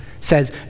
says